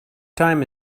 time